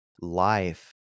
life